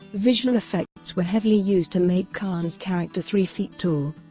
visual effects were heavily used to make khan's character three feet tall.